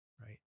right